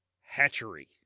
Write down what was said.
hatchery